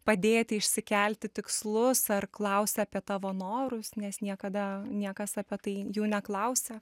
padėti išsikelti tikslus ar klausia apie tavo norus nes niekada niekas apie tai jų neklausia